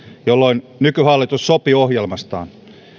jolloin nykyhallitus sopi ohjelmastaan